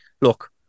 Look